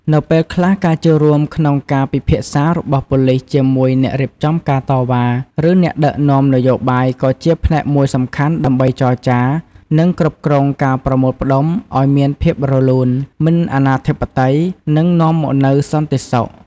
នៅពេលខ្លះការចូលរួមក្នុងការពិភាក្សារបស់ប៉ូលីសជាមួយអ្នករៀបចំការតវ៉ា ឬអ្នកដឹកនាំនយោបាយក៏ជាផ្នែកមួយសំខាន់ ដើម្បីចរចា និងគ្រប់គ្រងការប្រមូលផ្តុំឲ្យមានភាពរលូនមិនអាណាធិបតេយ្យ នឹងនាំមកនូវសន្តិសុខ។